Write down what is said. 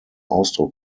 ausdruck